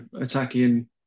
attacking